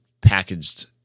packaged